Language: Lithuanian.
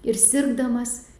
ir sirgdamas